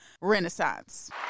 Renaissance